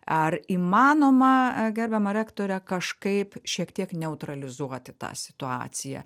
ar įmanoma gerbiama rektore kažkaip šiek tiek neutralizuoti tą situaciją